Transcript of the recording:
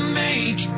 make